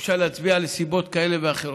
אפשר להצביע על סיבות כאלה ואחרות,